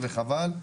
וחבל.